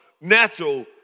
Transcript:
natural